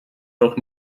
doch